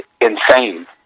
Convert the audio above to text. insane